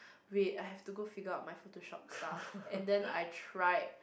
wait I have to go figure out my photoshop stuff and then I tried